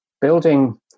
building